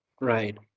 right